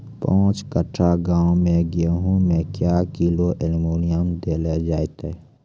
पाँच कट्ठा गांव मे गेहूँ मे क्या किलो एल्मुनियम देले जाय तो?